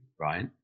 right